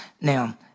Now